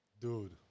Dude